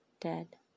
dead